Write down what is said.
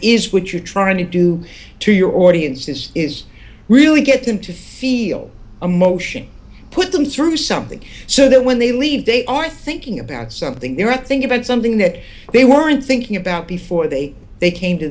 is what you're trying to do to your audience this is really get them to feel emotion put them through something so that when they leave they are thinking about something they're at think about something that they weren't thinking about before they they came to